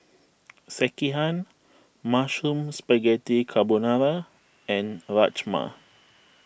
Sekihan Mushroom Spaghetti Carbonara and Rajma